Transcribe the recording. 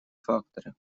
факторы